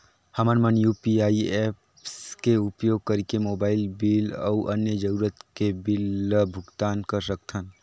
हमन मन UPI apps के उपयोग करिके मोबाइल बिल अऊ अन्य जरूरत के बिल ल भुगतान कर सकथन